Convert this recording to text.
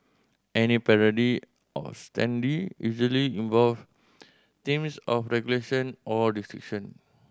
any parody of standee usually involve themes of regulation or restriction